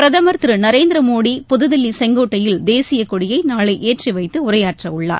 பிரதமர் திரு நரேந்திர மோடி புதுதில்லி செங்கோட்டையில் தேசிய கொடியை நாளை ஏற்றிவைத்து உரையாற்ற உள்ளார்